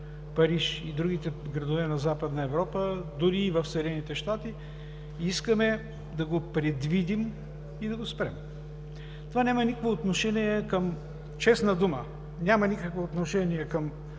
Париж и другите градове на Западна Европа, дори и в Съединение щати, искаме да го предвидим и да го спрем. Това няма никакво отношение, честна дума, няма никакво отношение към